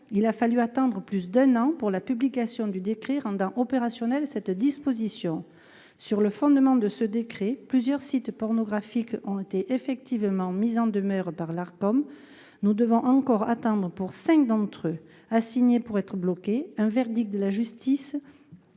Il a fallu attendre plus d'un an pour la publication du décret rendant opérationnel cette disposition sur le fondement de ce décret. Plusieurs sites pornographiques ont été effectivement mises en demeure par l'Arcom. Nous devons encore attendre pour 5 d'entre eux a signé pour être bloqué un verdict de la justice.